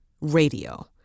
radio